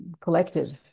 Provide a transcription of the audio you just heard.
collective